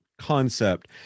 concept